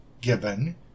given